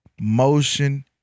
motion